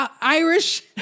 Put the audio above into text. Irish